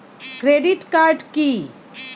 Credit card কি?